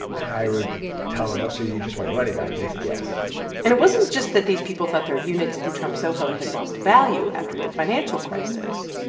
and i would tell them, oh, so you just want your money back? they said yes and it wasn't just that these people thought their units in trump soho had lost value after the financial crisis.